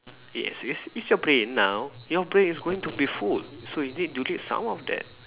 yes it's it's your brain now your brain is going to be full so you need delete some of that